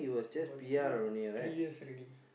about three three years already